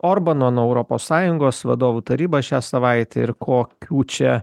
orbano nuo europos sąjungos vadovų taryba šią savaitę ir kokių čia